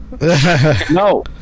No